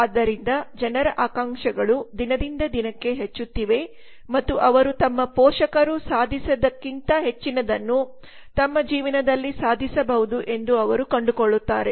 ಆದ್ದರಿಂದ ಜನರ ಆಕಾಂಕ್ಷೆಗಳು ದಿನದಿಂದ ದಿನಕ್ಕೆ ಹೆಚ್ಚುತ್ತಿವೆ ಮತ್ತು ಅವರು ತಮ್ಮ ಪೋಷಕರು ಸಾಧಿಸಿದ್ದಕ್ಕಿಂತ ಹೆಚ್ಚಿನದನ್ನು ತಮ್ಮ ಜೀವನದಲ್ಲಿ ಸಾಧಿಸಬಹುದು ಎಂದು ಅವರು ಕಂಡುಕೊಳ್ಳುತ್ತಾರೆ